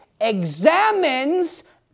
examines